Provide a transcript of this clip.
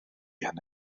hynny